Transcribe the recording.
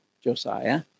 Josiah